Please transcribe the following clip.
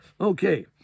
Okay